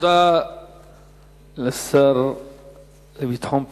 תודה לשר לביטחון פנים.